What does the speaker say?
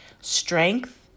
strength